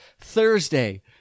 Thursday